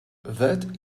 that